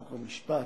חוק ומשפט.